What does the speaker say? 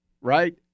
right